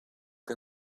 que